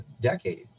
decade